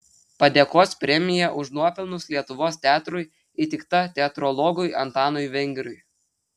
padėkos premija už nuopelnus lietuvos teatrui įteikta teatrologui antanui vengriui